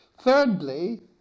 Thirdly